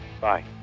Bye